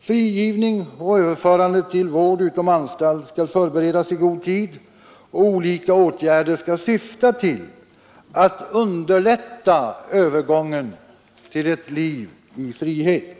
Frigivning och överförande till vård utom anstalt skall förberedas i god tid, och olika åtgärder skall syfta till att underlätta övergången till ett liv i frihet.